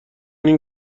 این